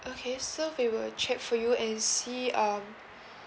okay so we will check for you and see um